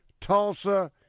Tulsa